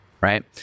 right